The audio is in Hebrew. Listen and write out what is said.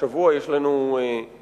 השבוע יש לנו תרגיל,